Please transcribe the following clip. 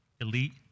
elite